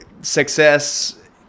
success